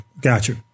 Gotcha